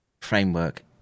framework